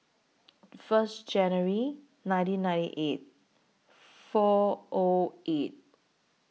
First January nineteen ninety eight four O eight